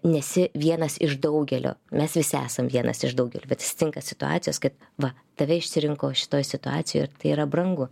nesi vienas iš daugelio mes visi esam vienas iš daugelio bet atsitinka situacijos kad va tave išsirinko šitoj situacijoj ir tai yra brangu